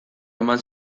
eman